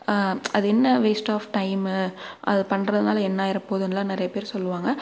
அது என்ன waste of time அது பண்றதுனால் என்னாயிட போகுதுன்லாம் நிறைய பேர் சொல்லுவாங்க